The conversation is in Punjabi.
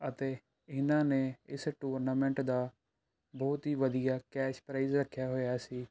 ਅਤੇ ਇਹਨਾਂ ਨੇ ਇਸ ਟੂਰਨਾਮੈਂਟ ਦਾ ਬਹੁਤ ਹੀ ਵਧੀਆ ਕੈਸ਼ ਪ੍ਰਾਈਜ਼ ਰੱਖਿਆ ਹੋਇਆ ਸੀ